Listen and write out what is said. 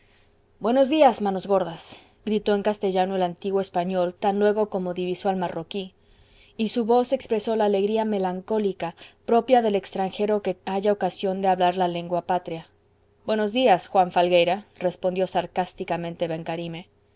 buenos días manos gordas gritó en castellano el antiguo español tan luego como divisó al marroquí y su voz expresó la alegría melancólica propia del extranjero que halla ocasión de hablar la lengua patria buenos días juan falgueira respondió sarcásticamente